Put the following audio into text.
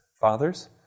Fathers